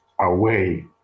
away